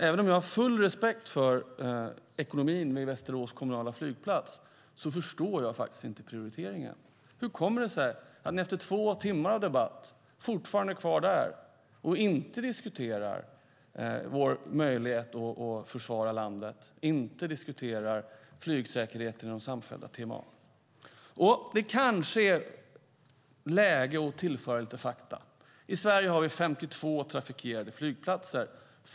Även om jag har full respekt för omsorgen om ekonomin vid Västerås kommunala flygplats förstår jag inte prioriteringen. Hur kommer det sig att efter två timmar av debatt är man fortfarande kvar där och inte diskuterar vår möjlighet att försvara landet, inte diskuterar flygsäkerheten inom det samfällda TMA? Det kanske är läge att tillföra lite fakta. I Sverige har vi 52 trafikerade flygplatser.